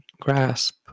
grasp